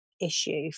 issue